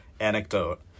anecdote